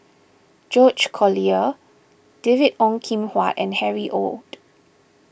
George Collyer David Ong Kim Huat and Harry Ord